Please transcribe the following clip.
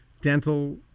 dental